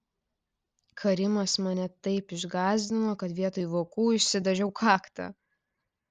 karimas mane taip išgąsdino kad vietoj vokų išsidažiau kaktą